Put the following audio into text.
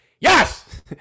yes